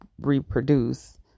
reproduce